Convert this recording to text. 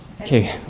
Okay